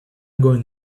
going